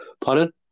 Pardon